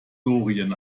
doreen